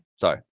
sorry